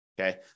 Okay